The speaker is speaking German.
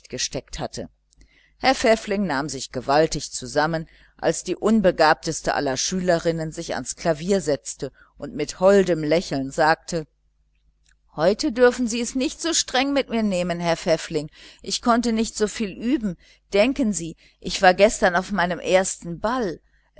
zurechtgesteckt hatte herr pfäffling nahm sich gewaltig zusammen als diese unbegabteste aller schülerinnen sich neben ihn ans klavier setzte und mit holdem lächeln sagte heute dürfen sie es nicht so streng mit mir nehmen herr pfäffling ich konnte nicht so viel üben denken sie ich war gestern auf meinem ersten ball